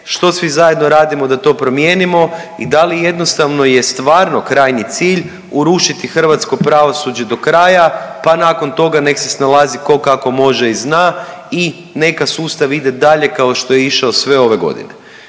što svi zajedno radimo da to promijenimo i da li jednostavno je stvarno krajnji cilj urušiti hrvatsko pravosuđe do kraja pa nakon toga nek se snalazi tko kako može i zna i neka sustav ide dalje kao što je išao sve ove godine.